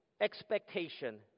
expectation